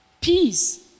Peace